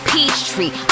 Peachtree